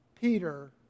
Peter